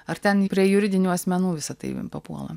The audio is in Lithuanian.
ar ten prie juridinių asmenų visa tai papuola